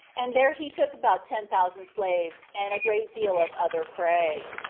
and there he took about ten thousand slaves, and a great deal of other prey.